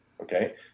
Okay